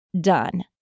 done